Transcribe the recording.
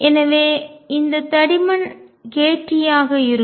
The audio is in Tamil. எனவே இந்த தடிமன் kT ஆக இருக்கும்